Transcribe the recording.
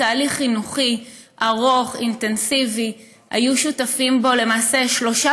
זה תהליך חינוכי ארוך ואינטנסיבי שהיו שותפים בו שלושה